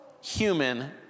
human